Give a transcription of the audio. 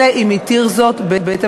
אלא אם כן התיר זאת בית-המשפט.